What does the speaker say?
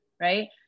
right